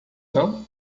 não